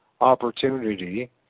opportunity